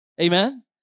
Amen